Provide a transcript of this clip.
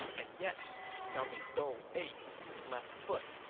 and yet, he felt a dull ache in his left foot,